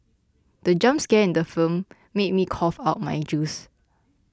the jump scare in the film made me cough out my juice